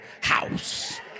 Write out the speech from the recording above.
house